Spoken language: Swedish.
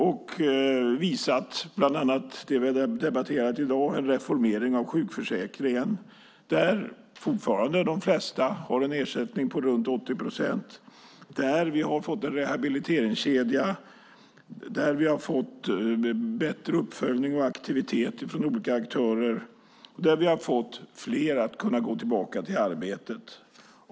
Det har vi bland annat visat genom det vi har debatterat i dag, nämligen en reformering av sjukförsäkringen. Där har fortfarande de flesta en ersättning på runt 80 procent. Där har vi fått en rehabiliteringskedja och bättre uppföljning och aktivitet från olika aktörer. Det har inneburit att fler har kunnat gå tillbaka till arbetet.